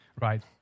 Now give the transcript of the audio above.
Right